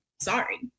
sorry